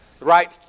Right